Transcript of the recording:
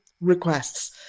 requests